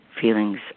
feelings